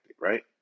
right